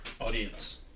audience